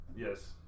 yes